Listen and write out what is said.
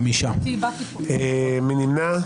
מי נמנע?